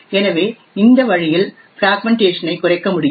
எனவே இந்த வழியில் பிராக்மென்ட்டேஷன் ஐ குறைக்க முடியும்